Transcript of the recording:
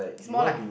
is more like